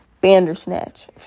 Bandersnatch